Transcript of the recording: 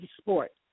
sports